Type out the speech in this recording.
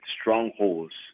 strongholds